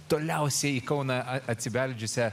toliausiai į kauną atsibeldžiusią